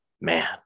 man